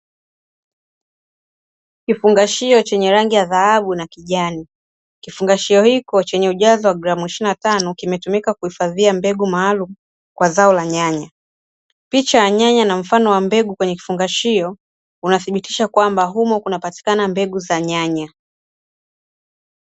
Kifungashio chenye rangi ya dhahabu na kijani kifungashio hicho chenye uzito wa gramu ishirini na tano, kimetumika kuhifadhia mbegu maalum kwa zao la nyanya. Picha ya nyanya na mfano wa mbegu kwenye kifungashio, unadhibitisha kwamba humo kunapatikana mbegu za nyanya.